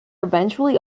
eventually